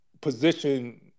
position